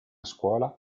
scuola